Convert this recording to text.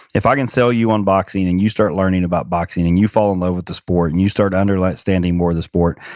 if i can seel so you on boxing and you start learning about boxing and you fall in love with the sport and you start understanding more of the sport,